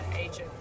agent